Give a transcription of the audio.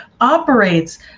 operates